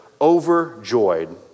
overjoyed